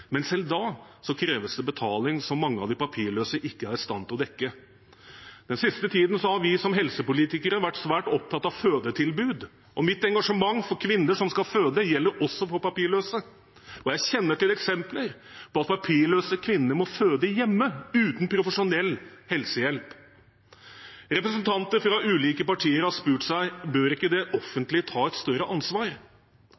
Men selv da kreves det betaling, som mange av de papirløse ikke er i stand til å dekke. Den siste tiden har vi som helsepolitikere vært svært opptatt av fødetilbud. Mitt engasjement for kvinner som skal føde, gjelder også for papirløse, og jeg kjenner til eksempler på at papirløse kvinner må føde hjemme uten profesjonell helsehjelp. Representanter fra ulike partier har spurt seg: Bør ikke det